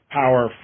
power